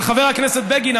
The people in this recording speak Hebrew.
אבל חבר הכנסת בגין,